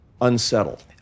unsettled